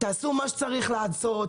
תעשו מה שצריך לעשות,